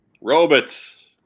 Robots